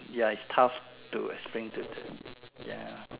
ya is tough to explain to the ya